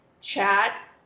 chat